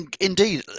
Indeed